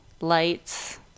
lights